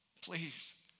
Please